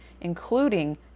including